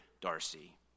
Darcy